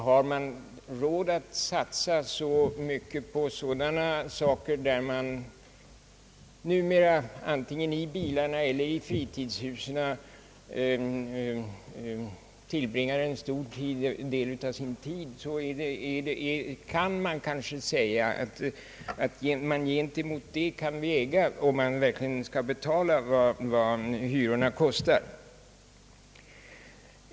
Har man råd att satsa så mycket på bilar och fritidshus — som man numera tillbringar en stor del av sin tid i — så kan det väl också övervägas om man inte också kan betala de belopp som hyrorna verkligen uppgår till.